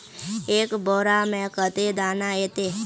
एक बोड़ा में कते दाना ऐते?